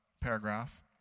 paragraph